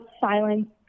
silence